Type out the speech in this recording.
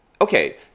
okay